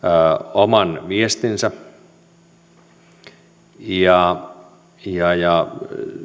oman viestinsä ja ja